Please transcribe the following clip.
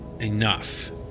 enough